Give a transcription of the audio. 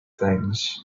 things